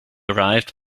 arrived